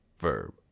verb